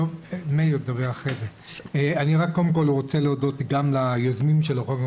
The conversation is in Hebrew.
קודם כול, אני רוצה להודות גם ליוזמים של החוק.